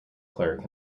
clerk